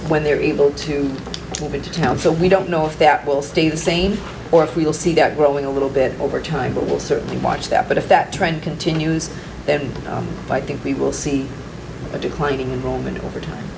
when they're able to move into town so we don't know if that will stay the same or if we'll see that growing a little bit over time but will certainly watch that but if that trend continues then i think we will see a declining enrollment over time